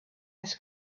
his